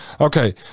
Okay